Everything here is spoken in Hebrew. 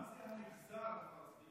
אמרת "המגזר הפלסטיני".